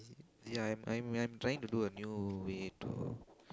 ya I'm I'm I'm trying to do a new way to